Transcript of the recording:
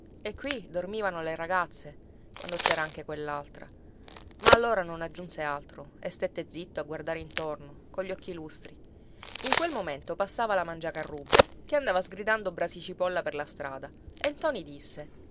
e qui dormivano le ragazze quando c'era anche quell'altra ma allora non aggiunse altro e stette zitto a guardare intorno cogli occhi lustri in quel momento passava la mangiacarrubbe che andava sgridando brasi cipolla per la strada e ntoni disse